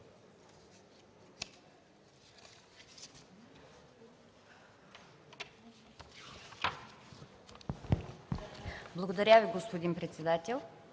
Благодаря, господин председателю.